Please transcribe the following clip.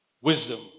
Wisdom